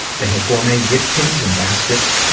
they have gourmet gift tins and baskets.